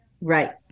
Right